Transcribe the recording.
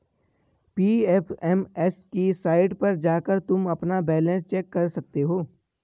PFMS की site पर जाकर तुम अपना बैलन्स चेक कर सकते हो